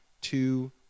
two